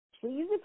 Please